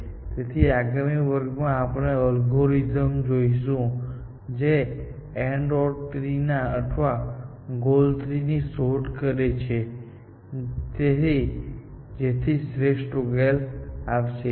તેથી આગામી વર્ગમાં આપણે એલ્ગોરિધમ જોઈશું જે AND OR ટ્રી અથવા ગોલ ટ્રી ની શોધ કરે છે જેથી શ્રેષ્ઠ ઉકેલ શોધી શકીએ